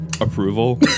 approval